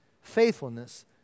faithfulness